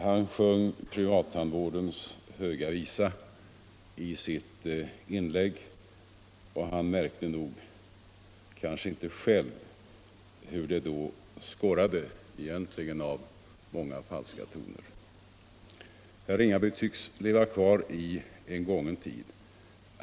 Han sjöng privattandvårdens höga visa i sitt inlägg och han märkte kanske inte själv hur det då skorrade av många falska toner. Herr Ringaby tycks leva kvar i en gången tid.